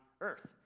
earth